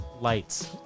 lights